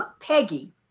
Peggy